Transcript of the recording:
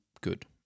good